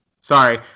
Sorry